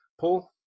Paul